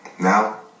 Now